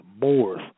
Moors